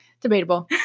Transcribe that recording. Debatable